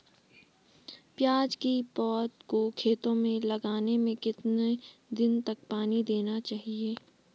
प्याज़ की पौध को खेतों में लगाने में कितने दिन तक पानी देना चाहिए?